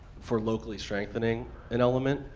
for locally strengthening an element,